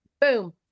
Boom